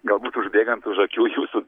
galbūt užbėgant už akių jūsų